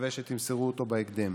נקווה שתמסרו אותו בהקדם.